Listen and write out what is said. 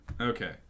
Okay